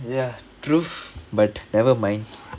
ya truth but never mind